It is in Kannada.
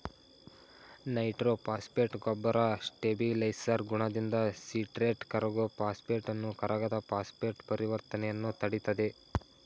ನೈಟ್ರೋಫಾಸ್ಫೇಟ್ ಗೊಬ್ಬರ ಸ್ಟೇಬಿಲೈಸರ್ ಗುಣದಿಂದ ಸಿಟ್ರೇಟ್ ಕರಗೋ ಫಾಸ್ಫೇಟನ್ನು ಕರಗದ ಫಾಸ್ಫೇಟ್ ಪರಿವರ್ತನೆಯನ್ನು ತಡಿತದೆ